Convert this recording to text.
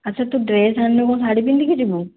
ଆଚ୍ଛା ତୁ ଡ୍ରେସ୍ ଆଣି ନାହୁଁ କ'ଣ ଶାଢ଼ୀ ପିନ୍ଧିକି ଯିବୁ